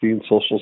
Social